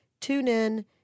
TuneIn